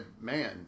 man